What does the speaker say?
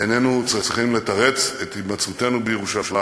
איננו צריכים לתרץ את הימצאותנו בירושלים.